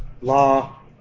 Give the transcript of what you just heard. law